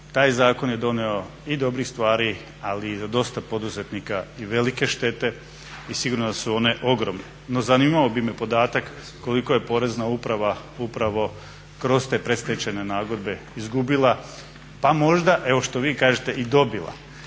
Taj zakon je doneo i dobrih stvari, ali i za dosta poduzetnika i velike štete i sigurno da su one ogromne. No, zanimao bi me podatak koliko je Porezna uprava upravo kroz te predstečajne nagodbe izgubila pa možda evo što vi kažete i dobila.